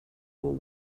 will